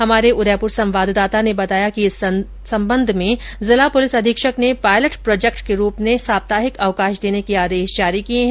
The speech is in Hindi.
हमारे उदयपुर संवाददाता ने बताया कि इस संदर्भ में जिला पुलिस अधीक्षक ने पायलट प्रोजेक्ट के रूप में साप्ताहिक अवकाश देने के आदेश जारी किए हैं